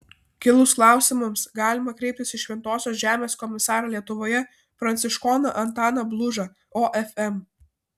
kilus klausimams galima kreiptis į šventosios žemės komisarą lietuvoje pranciškoną antaną blužą ofm